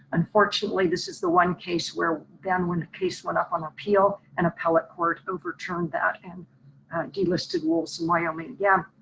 unfortunately this is the one case where then when the case went up on appeal and appellate court overturned that and delisted wolves in wyoming. yeah,